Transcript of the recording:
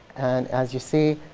and as you see,